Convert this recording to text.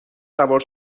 سوار